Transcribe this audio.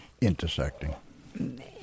intersecting